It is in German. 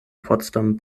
potsdam